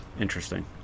Interesting